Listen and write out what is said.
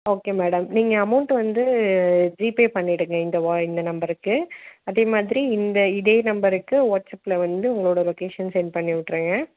okay madam நீங்கள் amount வந்து GPay பண்ணிவிடுங்க இந்த வா இந்த நம்பருக்கு அதே மாதிரி இந்த இதே நம்பருக்கு வாட்ஸ்அப்பில் வந்து உங்களோட லொக்கேஷன் சென்ட் பண்ணி விட்டுருங்க